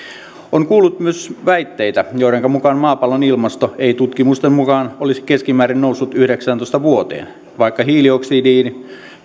olen kuullut myös väitteitä joidenka mukaan maapallon ilmasto ei tutkimusten mukaan olisi keskimäärin noussut yhdeksääntoista vuoteen vaikka hiilidioksidin